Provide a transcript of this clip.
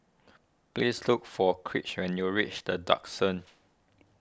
please look for Kraig when you reach the Duxton